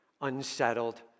unsettled